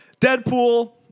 Deadpool